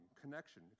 connection